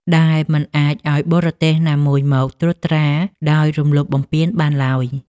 ដែលមិនអាចឱ្យបរទេសណាមួយមកត្រួតត្រាដោយរំលោភបំពានបានឡើយ។